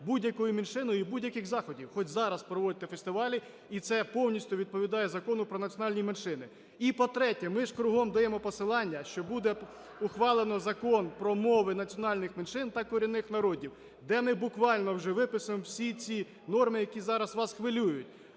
будь-якою меншиною і будь-яких заходів. Хоч зараз проводьте фестивалі, і це повністю відповідає Закону про національні меншини. І, по-третє, ми ж кругом даємо посилання, що буде ухвалено Закон про мови національних меншин та корінних народів, де ми буквально вже випишемо всі ці норми, які зараз вас хвилюють.